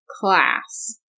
class